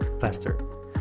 faster